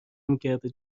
نمیکرده